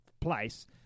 place